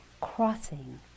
crossing